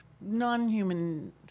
non-human